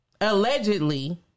Allegedly